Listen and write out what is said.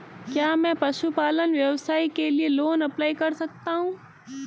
क्या मैं पशुपालन व्यवसाय के लिए लोंन अप्लाई कर सकता हूं?